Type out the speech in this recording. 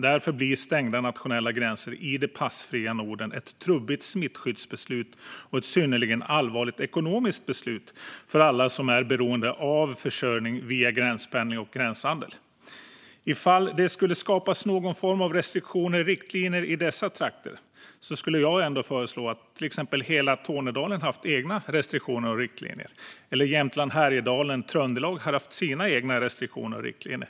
Därför blir stängda nationella gränser i det passfria Norden ett trubbigt smittskyddsbeslut och ett synnerligen allvarligt ekonomiskt beslut för alla som är beroende av försörjning via gränspendling och gränshandel. Ifall det skulle skapas någon form av restriktioner eller riktlinjer i dessa trakter skulle jag föreslå att till exempel hela Tornedalen skulle ha egna restriktioner och riktlinjer och att Jämtland Härjedalen och Trøndelag skulle ha sina egna restriktioner och riktlinjer.